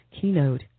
keynote